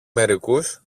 μερικούς